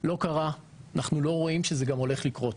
לא קרה ואנחנו לא רואים שזה גם הולך לקרות.